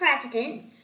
President